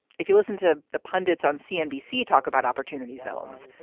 if you listen to the pundits on cnbc talk about opportunity zones,